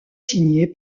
signée